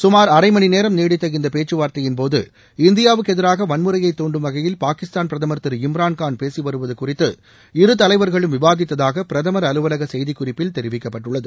சுமார் அரைமணிநேரம் நீடித்த இந்த பேச்சுவார்த்தையின் போது இந்தியாவுக்கு எதிராக வன்முறையைத் தூண்டும் வகையில் பாகிஸ்தான் பிரதமர் திரு இம்ரான்கான் பேசி வருவது குறித்து இரு தலைவர்களும் விவாதித்ததாக பிரதமர் அலுவலக செய்திக்குறிப்பில் தெரிவிக்கப்பட்டுள்ளது